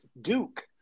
Duke